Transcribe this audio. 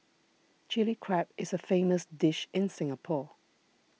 Chilli Crab is a famous dish in Singapore